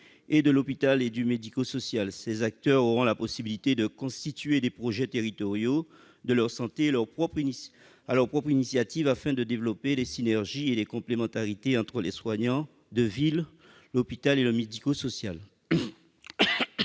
de l'hôpital et du secteur médico-social. Ceux-ci auront la possibilité de constituer des projets territoriaux de santé à leur propre initiative, afin de développer des synergies et des complémentarités entre les soignants de ville, l'hôpital et le médico-social.